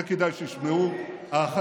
את זה כדאי שישמעו החדשים,